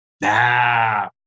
nah